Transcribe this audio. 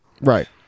Right